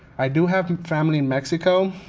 i do have family in mexico,